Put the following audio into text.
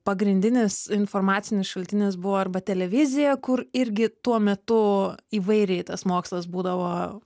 pagrindinis informacinis šaltinis buvo arba televizija kur irgi tuo metu įvairiai tas mokslas būdavo